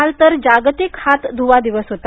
काल तर जागतिक हात ध्रवा दिवस होता